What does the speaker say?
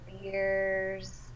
beers